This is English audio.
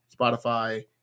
Spotify